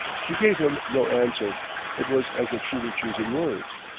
she gave him no answer it, was as if she were choosing words.